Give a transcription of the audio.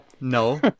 No